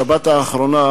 בשבת האחרונה,